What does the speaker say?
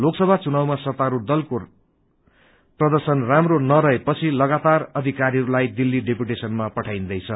लोकसभा चुनावमा सत्तारूढ दलको प्रदर्शन राम्रो नरहेपछि लगातार अधिकारीहरूलाई दिल्ली डेपुटेशनमा पठाइन्दैछ